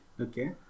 Okay